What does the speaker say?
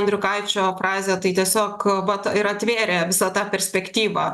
andriukaičio frazė tai tiesiog vat ir atvėrė visą tą perspektyvą